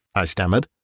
i stammered.